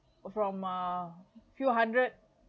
from ah few hundred